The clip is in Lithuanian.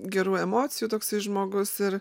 gerų emocijų toksai žmogus ir